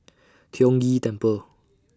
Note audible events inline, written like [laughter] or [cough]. [noise] Tiong Ghee Temple